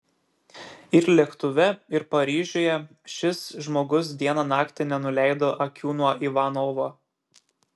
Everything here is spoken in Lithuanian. ir lėktuve ir paryžiuje šis žmogus dieną naktį nenuleido akių nuo ivanovo